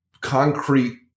concrete